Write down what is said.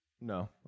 No